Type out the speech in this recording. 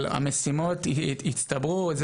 אבל המשימות יצטברו.